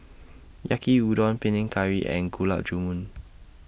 Yaki Udon Panang Curry and Gulab Jamun